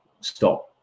stop